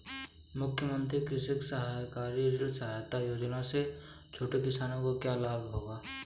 मुख्यमंत्री कृषक सहकारी ऋण सहायता योजना से छोटे किसानों को क्या लाभ होगा?